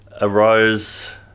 arose